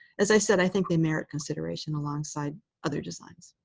as i said, i think they merit consideration alongside other designs.